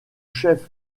chef